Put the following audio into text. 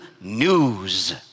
news